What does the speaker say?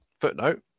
Footnote